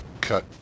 cut